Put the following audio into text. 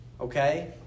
okay